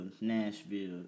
Nashville